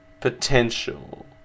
potential